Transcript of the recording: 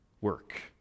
work